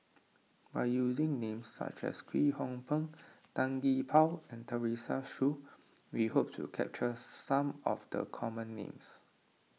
by using names such as Kwek Hong Png Tan Gee Paw and Teresa Hsu we hope to capture some of the common names